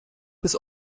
bis